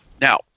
Now